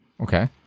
Okay